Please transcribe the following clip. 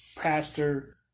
Pastor